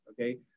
okay